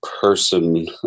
person